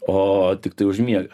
o tiktai užmiega